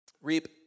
reap